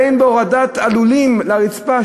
בין בהורדת הלולים לרצפה,